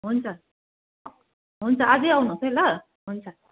हुन्छ हुन्छ आजै आउनुहोस् है ल हुन्छ